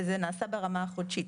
וזה נעשה ברמה החודשית.